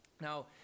Now